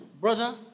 brother